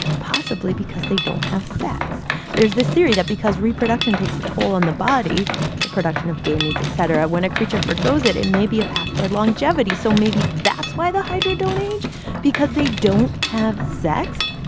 possibly because they don't have sex there's this theory that because reproduction takes a toll on the body the production of gametes, et cetera when a creature foregoes it, it may be a path toward longevity. so maybe that's why the hydra don't age because they don't have sex.